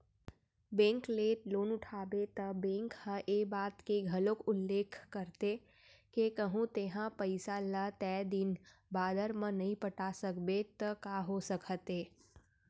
bank ले loan उठाबे त बेंक ह ए बात के घलोक उल्लेख करथे के कहूँ तेंहा पइसा ल तय दिन बादर म नइ पटा सकबे त का हो सकत हे